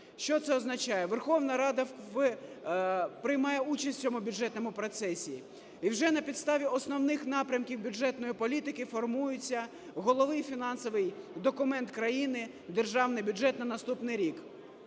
Що це означає? Верховна Рада приймає участь в цьому бюджетному процесі. І вже на підставі Основних напрямків бюджетної політики формується головний фінансовий документ країни – Державний бюджет на наступний рік.